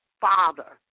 father